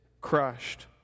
crushed